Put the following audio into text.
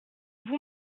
vous